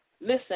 listen